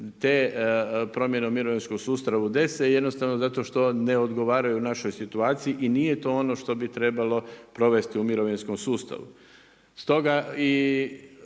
te promjene u mirovinskom sustavu dese, jednostavno zato što ne odgovaraju našoj situaciji i nije to ono što bi trebalo provesti u mirovinskom sustavu.